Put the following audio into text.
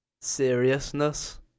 seriousness